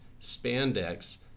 spandex